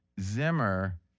Zimmer